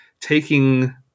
taking